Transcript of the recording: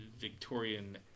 victorian